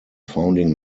founding